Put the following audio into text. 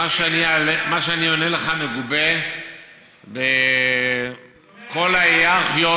מה שאני עונה לך מגובה בכל ההייררכיות,